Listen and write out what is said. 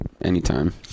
anytime